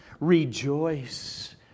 rejoice